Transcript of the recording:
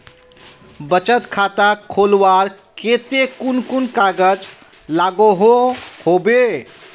बचत खाता खोलवार केते कुन कुन कागज लागोहो होबे?